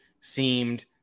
seemed